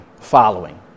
following